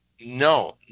No